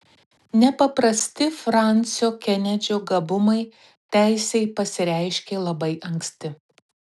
nepaprasti fransio kenedžio gabumai teisei pasireiškė labai anksti